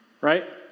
Right